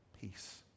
peace